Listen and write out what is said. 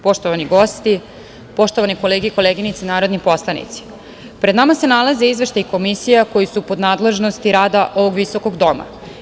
Poštovani gosti, poštovane koleginice i kolege narodni poslanici, pred nama se nalazi izveštaji komisija koje su pod nadležnosti rada ovog visokog doma.